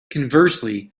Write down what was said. conversely